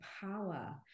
power